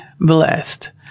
blessed